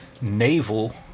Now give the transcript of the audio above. naval